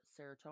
serotonin